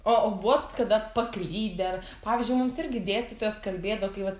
o o buvot kada paklydę pavyzdžiui mums irgi dėstytojas kalbėdo kai vat